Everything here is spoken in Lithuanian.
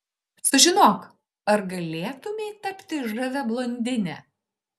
sužinok ar galėtumei tapti žavia blondine